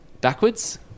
backwards